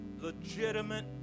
Legitimate